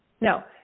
no